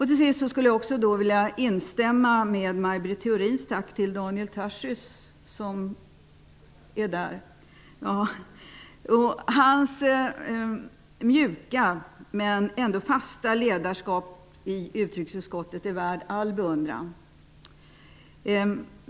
Till sist vill jag också instämma i Maj Britt Theorins tack till Daniel Tarschys. Hans mjuka men ändå fasta ledarskap i utrikesutskottet är värt all beundran.